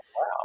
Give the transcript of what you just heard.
wow